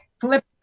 flip